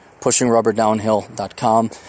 PushingRubberDownhill.com